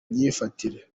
myifatire